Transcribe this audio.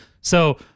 So-